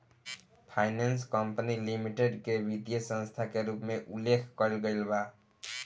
finance company limited के वित्तीय संस्था के रूप में उल्लेख कईल गईल बा